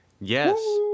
Yes